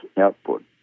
output